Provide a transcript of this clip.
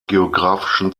geografischen